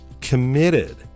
committed